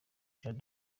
jean